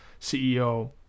CEO